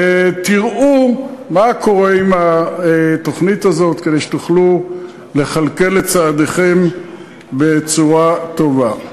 ותראו מה קורה עם התוכנית הזאת כדי שתוכלו לכלכל את צעדיכם בצורה טובה.